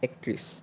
একত্ৰিছ